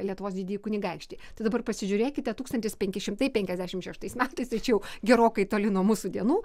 lietuvos didįjį kunigaikštį tai dabar pasižiūrėkite tūkstantis penki šimtai penkiasdešim šeštais metais tačiau gerokai toli nuo mūsų dienų